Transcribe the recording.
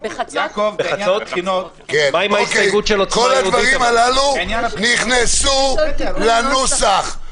כל הדברים הללו נכנסו לנוסח.